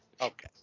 okay